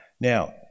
Now